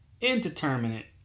indeterminate